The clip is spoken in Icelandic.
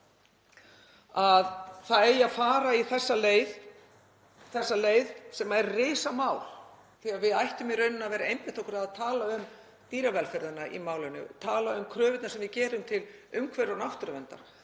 það eigi að fara þessa leið sem er risamál þegar við ættum í rauninni að vera að einbeita okkur að tala um dýravelferðina í málinu, tala um kröfurnar sem við gerum til umhverfis- og náttúruverndar,